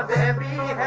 heavy